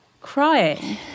Crying